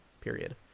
period